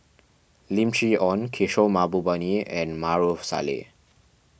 Lim Chee Onn Kishore Mahbubani and Maarof Salleh